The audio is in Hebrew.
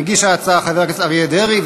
מגיש את ההצעה חבר הכנסת אריה דרעי,